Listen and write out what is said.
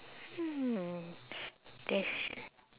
hmm there's